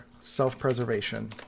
self-preservation